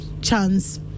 chance